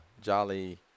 jolly